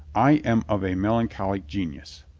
i am of a melancholic genius.